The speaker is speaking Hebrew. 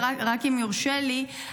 רק אם יורשה לי,